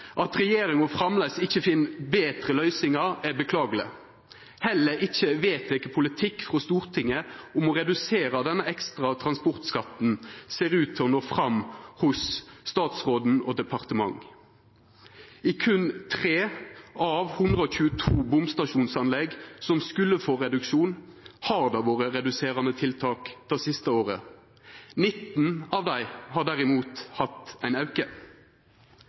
At regjeringa framleis ikkje finn betre løysingar, er beklageleg. Heller ikkje vedteken politikk frå Stortinget om å redusera denne ekstra transportskatten ser ut til å nå fram hos statsråden og departementet. I berre 3 av 122 bomstasjonsanlegg som skulle få reduksjon, har det vore reduserande tiltak det siste året. 19 av dei har derimot hatt ein auke.